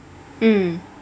mm